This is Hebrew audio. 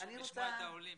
חשוב לשמוע את העולים.